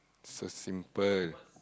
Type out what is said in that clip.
so simple